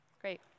Great